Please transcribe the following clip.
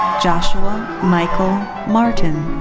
joshua michael martin.